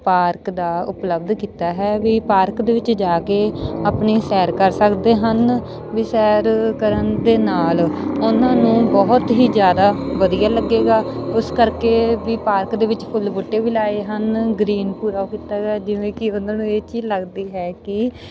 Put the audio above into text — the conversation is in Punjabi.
ਪਾਰਕ ਦਾ ਉਪਲਬਧ ਕੀਤਾ ਹੈ ਵੀ ਪਾਰਕ ਦੇ ਵਿੱਚ ਜਾ ਕੇ ਆਪਣੀ ਸੈਰ ਕਰ ਸਕਦੇ ਹਨ ਵੀ ਸੈਰ ਕਰਨ ਦੇ ਨਾਲ ਉਹਨਾਂ ਨੂੰ ਬਹੁਤ ਹੀ ਜ਼ਿਆਦਾ ਵਧੀਆ ਲੱਗੇਗਾ ਉਸ ਕਰਕੇ ਵੀ ਪਾਰਕ ਦੇ ਵਿੱਚ ਫੁੱਲ ਬੂਟੇ ਵੀ ਲਗਾਏ ਹਨ ਗਰੀਨ ਪੂਰਾ ਕੀਤਾ ਗਿਆ ਜਿਵੇਂ ਕਿ ਉਹਨਾਂ ਨੂੰ ਇਹ ਚੀਜ਼ ਲੱਗਦੀ ਹੈ ਕਿ